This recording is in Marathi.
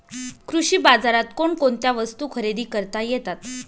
कृषी बाजारात कोणकोणत्या वस्तू खरेदी करता येतात